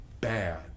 bad